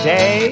Day